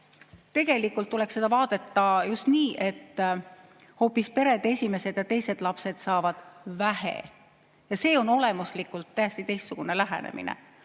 Tegelikult tuleks seda vaadata just nii, et hoopis perede esimesed ja teised lapsed saavad vähe. See on aga olemuslikult täiesti teistsugune lähenemine: